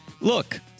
look